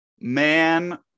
man